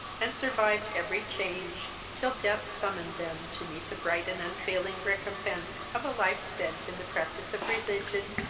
and survived every change, till death summoned them to meet the bright and unfailing recompense of a life spent in the practice of religion,